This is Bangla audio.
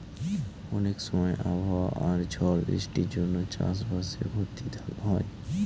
অনেক সময় আবহাওয়া আর ঝড় বৃষ্টির জন্য চাষ বাসে ক্ষতি হয়